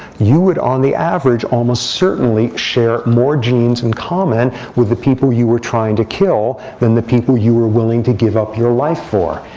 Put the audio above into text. you would, on the average, almost certainly share more genes in common with the people you were trying to kill than the people you were willing to give up your life for,